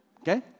Okay